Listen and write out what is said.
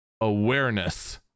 awareness